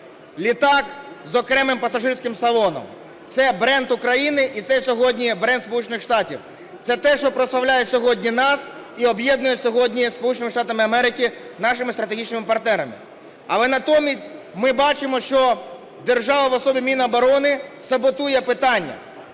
літак з окремим пасажирським салоном. Це бренд України і це сьогодні бренд Сполучених Штатів. Це те, що прославляє сьогодні нас і об'єднує сьогодні зі Сполученими Штатами Америки – нашими стратегічними партнерами. Але натомість ми бачимо, що держава в особі Міноборони саботує питання.